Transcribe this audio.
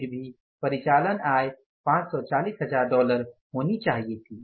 फिर भी परिचालन आय 540000 डॉलर होनी चाहिए थी